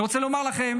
אני רוצה לומר לכם,